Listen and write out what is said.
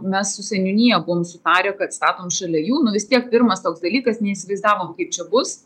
mes su seniūnija buvome sutarę kad statome šalia jų vis tiek pirmas toks dalykas neįsivaizdavome kaip čia bus